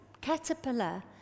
caterpillar